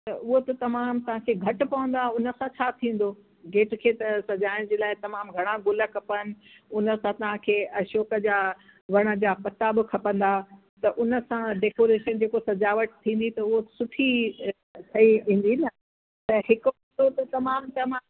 त उहा त तमामु तव्हांखे घटि पवंदा उन सां छा थींदो गेट खे त सजाइण जे लाए तमामु घणा गुल खपनि उन सां तव्हांखे अशोक जा वण जा पता बि खपंदा त उन सां डेकोरेशन जेको सजावट थींदी त उहा सुठी सही थींदी न त हिकिड़ो त तमामु खपे न